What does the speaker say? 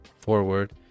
Forward